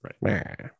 right